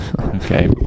okay